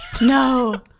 No